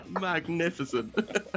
magnificent